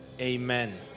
amen